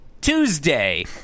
Tuesday